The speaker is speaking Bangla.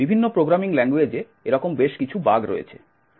বিভিন্ন প্রোগ্রামিং ল্যাঙ্গুয়েজে এরকম বেশ কিছু বাগ রয়েছে